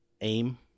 aim